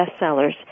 bestsellers